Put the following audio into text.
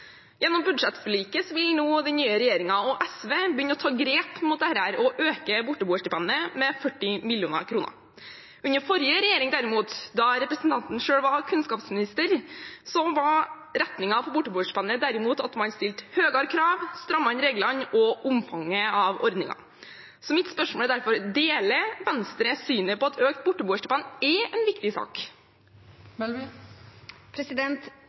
Gjennom budsjettforliket vil nå den nye regjeringen og SV begynne å ta grep mot dette og øke borteboerstipendet med 40 mill. kr. Under forrige regjering, da representanten selv var kunnskapsminister, var retningen for borteboerstipendet derimot at man stilte høyere krav og strammet inn reglene og omfanget av ordningen. Mitt spørsmål er derfor: Deler Venstre synet på at økt borteboerstipend er en viktig